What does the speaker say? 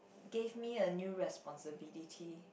gave me a new responsibility